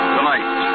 Tonight